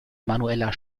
manueller